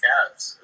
Cavs